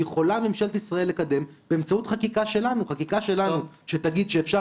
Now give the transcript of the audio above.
יכולה ממשלת ישראל לקדם באמצעות חקיקה שלנו שתגיד שאפשר